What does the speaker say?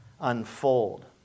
unfold